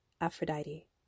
Aphrodite